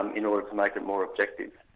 um in order to make it more objective.